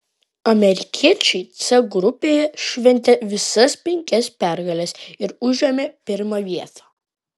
amerikiečiai c grupėje šventė visas penkias pergales ir užėmė pirmą vietą